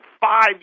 five